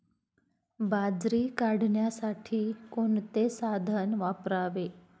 बाजरी काढण्यासाठी कोणते साधन वापरावे?